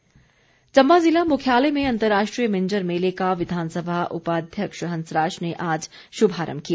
मिंजर मेला चम्बा ज़िला मुख्यालय में अंतर्राष्ट्रीय मिंजर मेले का विधानसभा उपाध्यक्ष हंसराज ने आज शुभारम्भ किया